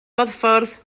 bodffordd